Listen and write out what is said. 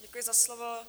Děkuji za slovo.